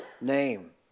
name